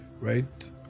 right